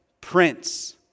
prince